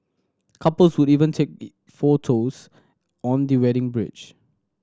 couples would even take the photos on the wedding bridge